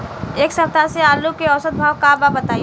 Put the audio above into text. एक सप्ताह से आलू के औसत भाव का बा बताई?